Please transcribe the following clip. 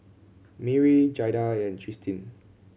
Merrie Jaida and Tristin